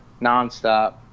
nonstop